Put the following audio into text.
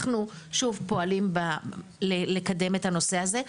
אנחנו שוב פועלים לקדם את הנושא הזה.